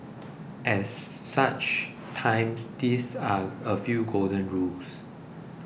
at such times these are a few golden rules